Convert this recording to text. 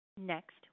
Next